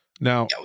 Now